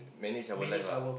manage our life ah